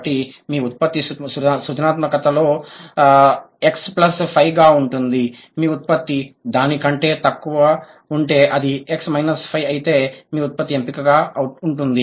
కాబట్టి మీ ఉత్పత్తి సృజనాత్మకతలో X ప్లస్ 5 గా ఉంటుంది మీ ఉత్పత్తి దాని కంటే తక్కువ ఉంటే అది X మైనస్ 5 అయితే మీ ఉత్పత్తి ఎంపికగా ఉంటుంది